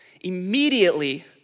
Immediately